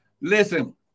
Listen